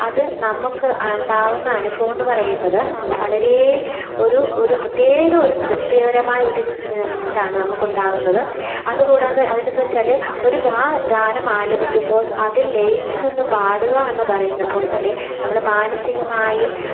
അത് നമുക്ക് അ ഉണ്ടാവുന്ന അനുഭവം എന്ന് പറയുന്നത് വളരെ ഒരു പ്രത്യേക ഒരു തൃപ്തിപരമായ ഒരു ഇതാണ് നമുക്ക് ഉണ്ടാകുന്നത് അതുകൂടാതെ അതിനെന്ന് വെച്ചാൽ ഒരു ഗാ ഗാനം ആലപിക്കുമ്പോൾ അതിൽ ലയിച്ച് നിന്ന് പാടുക എന്ന് പറയുന്നത് പോലെ തന്നെ നമ്മൾ മാനസികമായും